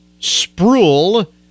Spruill